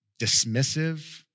dismissive